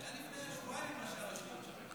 הוא היה לפני שבועיים עם ראשי הרשויות שמה, בצפון.